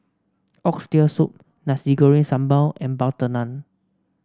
Oxtail Soup Nasi Goreng Sambal and butter naan